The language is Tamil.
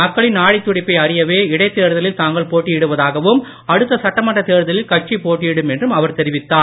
மக்களின் நாடித்துடிப்பை அறியவே இடைத்தேர்தலில் தாங்கள் போட்டியிடுவதாகவும் அடுத்த சட்டமன்றத் தேர்தலில் கட்சி போட்டியிடும் என்றும் அவர் தெரிவித்தார்